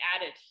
added